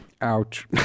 Ouch